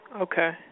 Okay